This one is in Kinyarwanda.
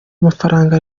mafaranga